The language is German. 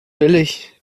billig